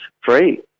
free